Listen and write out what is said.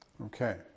okay